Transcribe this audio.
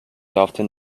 often